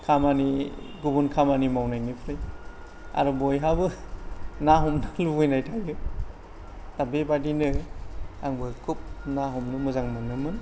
खामानि गुबुन खामानि मावनायनिफ्राय आरो बयहाबो ना हमनो लुगैनाय थायो दा बेबायदिनो आंबो खुब ना हमनो मोजां मोनोमोन